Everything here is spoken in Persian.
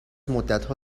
مدتها